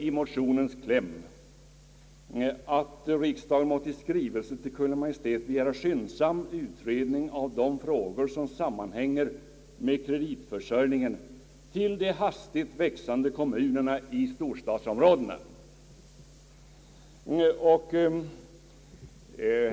I motionen yrkas att riksdagen måtte i skrivelse till Kungl. Maj:t begära skyndsam utredning av de frågor som sammanhänger med kreditförsörjningen till de hastigt växande kommunerna inom storstadsområdena.